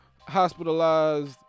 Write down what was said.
hospitalized